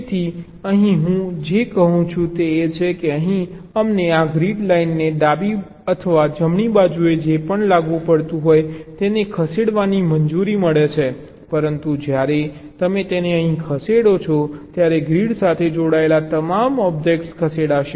તેથી અહીં હું જે કહું છું તે એ છે કે અહીં અમને આ ગ્રીડ લાઇનને ડાબી અથવા જમણી બાજુએ જે પણ લાગુ પડતું હોય તેને ખસેડવાની મંજૂરી છે પરંતુ જ્યારે તમે તેને અહીં ખસેડો છો ત્યારે ગ્રીડ સાથે જોડાયેલા તમામ ઑબ્જેક્ટ્સ ખસેડશે